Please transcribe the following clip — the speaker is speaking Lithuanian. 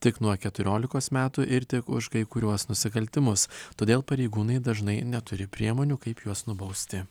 tik nuo keturiolikos metų ir tik už kai kuriuos nusikaltimus todėl pareigūnai dažnai neturi priemonių kaip juos nubausti